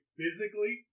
physically